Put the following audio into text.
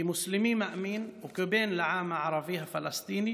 כמוסלמי מאמין וכבן לעם הערבי הפלסטיני,